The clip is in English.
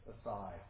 aside